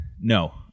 no